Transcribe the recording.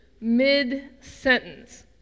mid-sentence